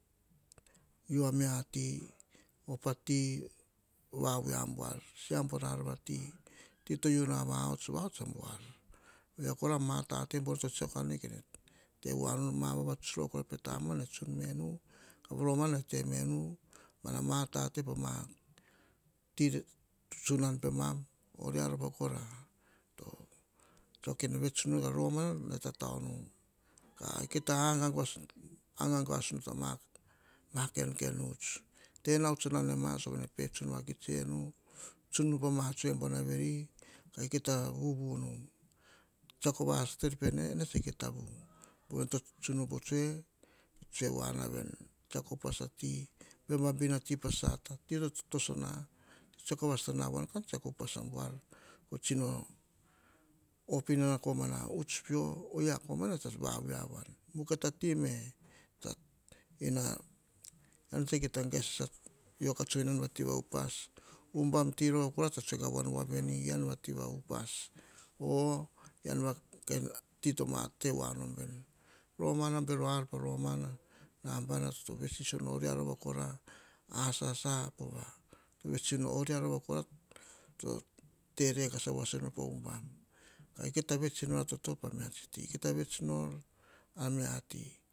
U amiati opa ti kavavui abuar se-abuar pa ar vate ati to una vahots-vahots abuar ohia kora amatete buar vere to tsiako kene tevoa nuveni ma vavatuts rova kara petama nene tsun menu. Mana matate pama tsunan pemam oria rovakora to tsiako kene vets ah romana mene tatanu ka kita aguas nu ta ubam huts doen. Tena huts sah nanema sova nene pe tsun vakits enu. Tsunu pama tsoe buar veri ka-kita vuvunu. Tsiako vavasata er pene ene tse kita vu povene to tsunu pama tsoe to tsoe woana veni. Tsiako upas ati baim abin asata pasata, titoh totosona. To tsiako vava sata kan tsiako upas abuar. Koh tsino op inana komana hut peoh-ohia komana sah vavui avoan ean tsah kita gaee sasaio. Vara-vara tsoe voavini ean va upas. Ubam ti rova kora tsah tsoe voa veni ean va tiva upas. O ean va kaen ti to ma tenoa nom beri. Romana beroar to romana ambara so ve siso no rior rovo ra kora, a sasa rova vetsino o rior rovo a kora to tere kasa voso no a uva. A ke tabe tsi noar toto papa, a ke tabe mets nor, amiati.